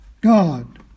God